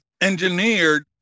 engineered